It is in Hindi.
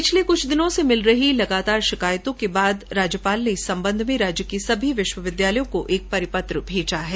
पिछले कुछ दिनों से मिल रही शिकायतों के बाद उन्होने इस सम्बन्ध में राज्य के सभी विश्वविद्यालयों को एक परिपत्र भेजा है